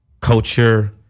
Culture